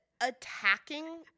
Attacking